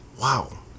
Wow